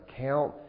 account